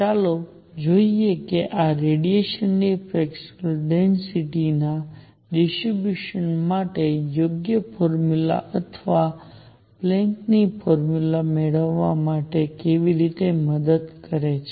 ચાલો જોઈએ કે આ રેડિયેસન ની સ્પેક્ટરલ ડેન્સિટિ ના ડિસ્ટ્રીબ્યુશન માટે યોગ્ય ફોર્મ્યુલા અથવા પ્લેન્ક્સPlanks'ની ફોર્મ્યુલા મેળવવામાં કેવી રીતે મદદ કરે છે